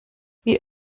wie